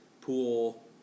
pool